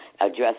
address